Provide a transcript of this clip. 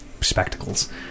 Spectacles